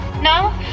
No